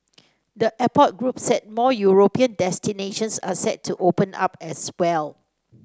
the airport group said more European destinations are set to open up as well